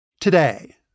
Today